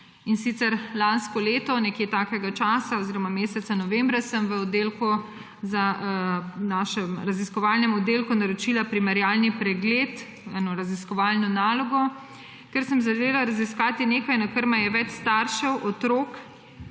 In sicer, lansko leto ob takem času oziroma meseca novembra sem v našem raziskovalnem oddelku naročila primerjalni pregled, raziskovalno nalogo, ker sem želela raziskati nekaj, na kar me je več staršev otrok,